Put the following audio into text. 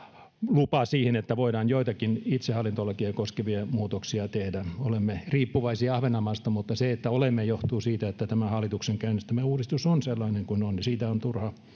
lupa siihen että voidaan joitakin itsehallintolakia koskevia muutoksia tehdä olemme riippuvaisia ahvenanmaasta mutta se että olemme johtuu siitä että tämä hallituksen käynnistämä uudistus on sellainen kuin on ja siitä on turha